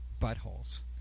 buttholes